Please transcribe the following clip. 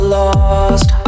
lost